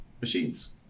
machines